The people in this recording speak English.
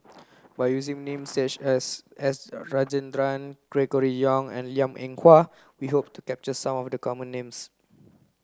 by using name such as S Rajendran Gregory Yong and Liang Eng Hwa we hope to capture some of the common names